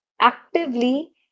actively